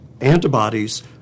Antibodies